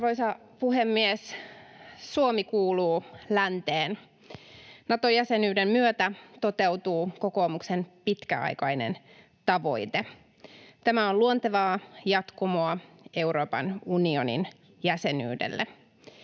Arvoisa puhemies! Suomi kuuluu länteen. Nato-jäsenyyden myötä toteutuu kokoomuksen pitkäaikainen tavoite. Tämä on luontevaa jatkumoa Euroopan unionin jäsenyydelle.